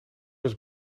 was